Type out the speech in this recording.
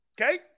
Okay